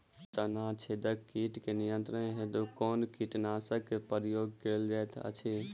तना छेदक कीट केँ नियंत्रण हेतु कुन कीटनासक केँ प्रयोग कैल जाइत अछि?